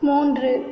மூன்று